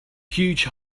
huge